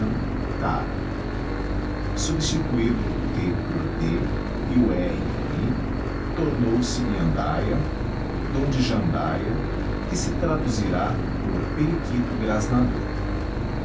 ara substituído o t por d e o r por i tornou-se nhandaia donde jandaia que se traduzirá por periquito grasnador